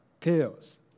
chaos